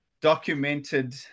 documented